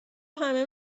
همه